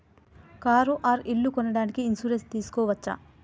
Car or ఇల్లు కొనడానికి insurance తీస్కోవచ్చా?